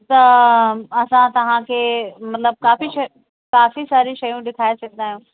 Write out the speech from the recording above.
त असां तव्हां खे मतिलबु काफ़ी शयूं काफ़ी सारी शयूं ॾेखारे छॾंदा आहियूं